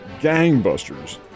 gangbusters